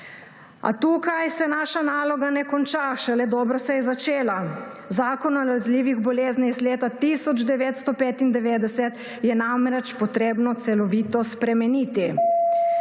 A tukaj se naša naloga ne konča, šele dobro se je začela. Zakon o nalezljivih boleznih iz leta 1995 je namreč potrebno celoviti spremeniti.